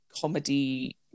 comedy